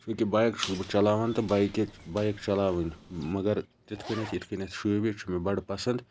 ییٚکیاہ بایک چھُس بہٕ چَلاوان تہٕ بایِکہِ بایِک چَلاوٕنۍ مَگَر تِتھ کٔنیٚتھ یِتھ کٔنیٚتھ شوٗبہِ یہِ چھُ مےٚ بَڑٕ پَسَنٛد